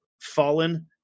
Fallen